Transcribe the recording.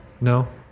No